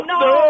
no